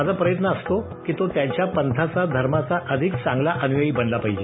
माझा प्रयत्न असतो की तो त्याच्या पंथाचा धर्माचा अधिक चांगला अनुयायी बनला पाहिजे